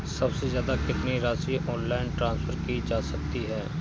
सबसे ज़्यादा कितनी राशि ऑनलाइन ट्रांसफर की जा सकती है?